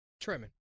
Trimming